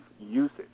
usage